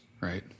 Right